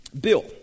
bill